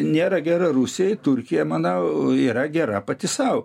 nėra gera rusijai turkija manau yra gera pati sau